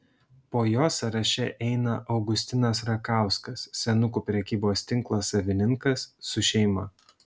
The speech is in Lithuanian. po jo sąraše eina augustinas rakauskas senukų prekybos tinko savininkas su šeima